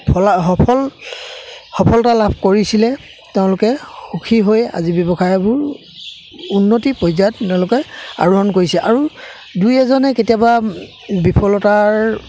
সফল সফল সফলতা লাভ কৰিছিলে তেওঁলোকে সুখী হৈ আজি ব্যৱসায়বোৰ উন্নতি পৰ্যায়ত তেওঁলোকে আৰোহণ কৰিছে আৰু দুই এজনে কেতিয়াবা বিফলতাৰ